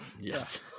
Yes